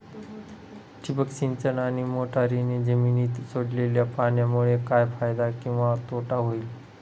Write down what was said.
ठिबक सिंचन आणि मोटरीने जमिनीत सोडलेल्या पाण्यामुळे काय फायदा किंवा तोटा होईल?